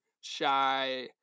shy